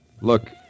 Look